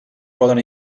poden